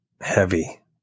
heavy